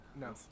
No